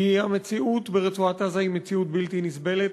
כי המציאות ברצועת-עזה היא בלתי נסבלת,